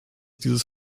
dieses